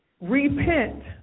repent